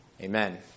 Amen